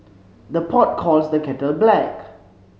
the pot calls the kettle black